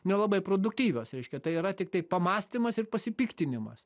nelabai produktyvios reiškia tai yra tiktai pamąstymas ir pasipiktinimas